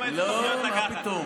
אילו תוכניות לקחת.